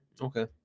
Okay